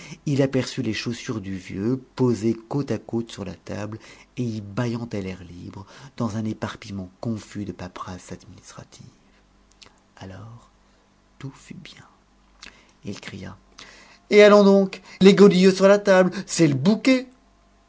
il aperçut les chaussures du vieux posées côte à côte sur la table et y bâillant à l'air libre dans un éparpillement confus de paperasses administratives alors tout fut bien il cria et allons donc les godillots sur la table c'est le bouquet